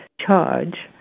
charge